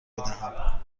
بدهم